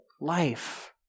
life